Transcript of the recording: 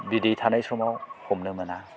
बिदै थानाय समाव हमनो मोना